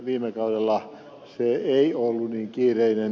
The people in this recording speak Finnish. viime kaudella se ei ollut niin kiireinen